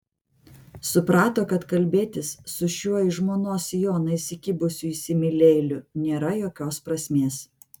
suprato kad kalbėtis su šiuo į žmonos sijoną įsikibusiu įsimylėjėliu nėra jokios prasmės